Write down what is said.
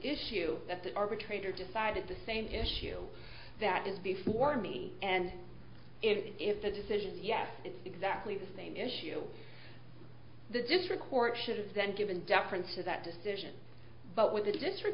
issue that the arbitrator decided the same issue that is before me and if the decision is yes it's exactly the same issue the district court should have been given deference to that decision but with the district